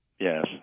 Yes